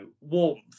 warmth